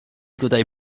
tutaj